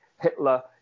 Hitler